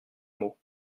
mot